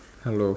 hello